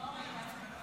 אני אאפס לו.